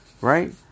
Right